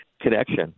connection